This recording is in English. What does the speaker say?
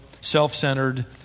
self-centered